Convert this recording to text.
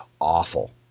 awful